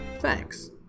Thanks